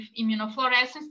immunofluorescence